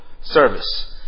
service